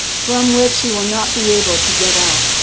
from which he will not be able to get out.